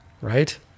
Right